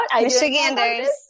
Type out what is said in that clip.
Michiganders